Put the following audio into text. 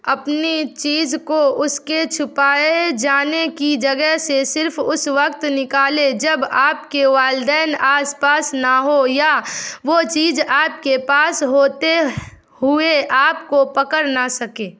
اپنی چیز کو اس کے چھپائے جانے کی جگہ سے صرف اس وقت نکالیں جب آپ کے والدین آس پاس نہ ہوں یا وہ چیز آپ کے پاس ہوتے ہوئے آپ کو پکڑ نہ سکے